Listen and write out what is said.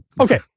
okay